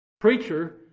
preacher